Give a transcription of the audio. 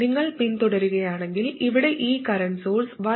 നിങ്ങൾ പിന്തുടരുകയാണെങ്കിൽ ഇവിടെ ഈ കറന്റ് സോഴ്സ് 1